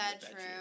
bedroom